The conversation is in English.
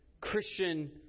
Christian